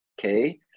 Okay